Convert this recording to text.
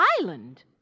island